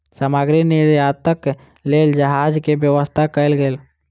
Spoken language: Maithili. सामग्री निर्यातक लेल जहाज के व्यवस्था कयल गेल